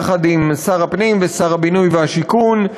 יחד עם שר הפנים ושר הבינוי והשיכון,